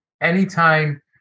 anytime